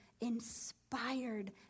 inspired